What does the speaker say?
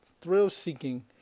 thrill-seeking